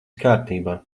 kārtībā